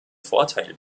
vorteil